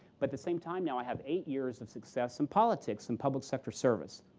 but the same time now i have eight years of success in politics and public-sector service.